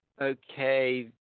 Okay